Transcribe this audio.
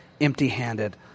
empty-handed